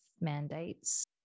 mandates